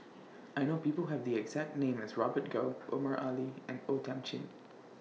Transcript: I know People Who Have The exact name as Robert Goh Omar Ali and O Thiam Chin